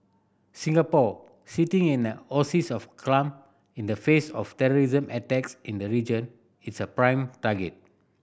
Singapore sitting in an oasis of calm in the face of terrorism attacks in the region is a prime target